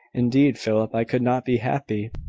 indeed, philip, i could not be happy.